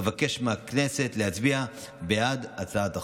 אבקש מהכנסת להצביע בעד הצעת החוק.